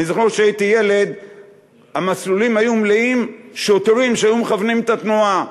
אני זוכר שכשהייתי ילד המסלולים היו מלאים שוטרים שכיוונו את התנועה,